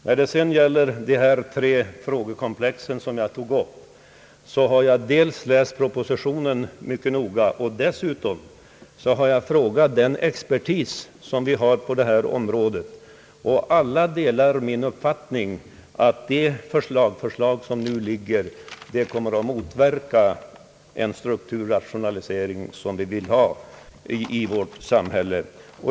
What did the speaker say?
Vad beträffar de tre frågekomplex som jag tog upp har jag dels läst propositionen mycket noga, dels har jag frågat den expertis som vi har på detta område, och alla delade min uppfattning att det lagförslag som nu föreligger kommer att motverka den strukturrationalisering som vi vill ha i vårt samhälle.